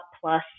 Plus